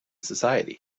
society